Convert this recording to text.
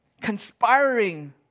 conspiring